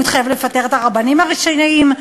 הוא התחייב לפטר את הרבנים הראשיים,